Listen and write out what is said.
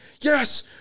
yes